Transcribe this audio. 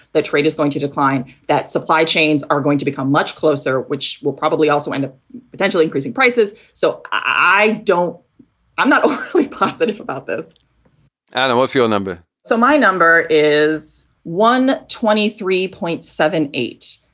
that trade is going to decline. that supply chains are going to become much closer, which will probably also end a potential increase in prices. so i don't i'm not positive about this and what's your number? so my number is one twenty three point seven h.